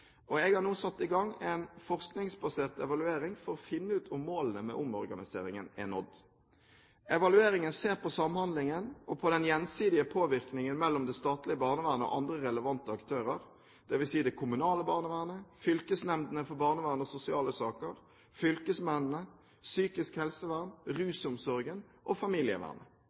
Jeg har nå satt i gang en forskningsbasert evaluering for å finne ut om målene med omorganiseringen er nådd. Evalueringen ser på samhandlingen og på den gjensidige påvirkningen mellom det statlige barnevernet og andre relevante aktører, dvs. det kommunale barnevernet, fylkesnemndene for barnevern og sosiale saker, fylkesmennene, psykisk helsevern, rusomsorgen og familievernet.